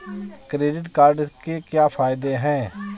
Credit card के क्या फायदे हैं?